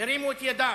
הרימו את ידם,